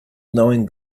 knowing